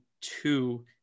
two